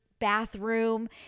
bathroom